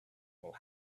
will